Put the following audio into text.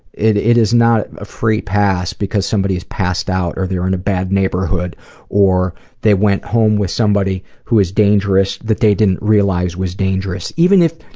it it is not a free pass because somebody is passed out or their in a bad neighborhood or they went home with somebody who is dangerous that they didn't realize was dangerous. even if